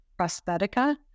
Prosthetica